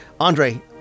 Andre